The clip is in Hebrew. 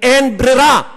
אין ברירה.